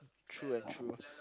true and true